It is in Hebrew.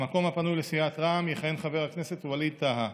במקום הפנוי לסיעת רע"מ יכהן חבר הכנסת ווליד טאהא,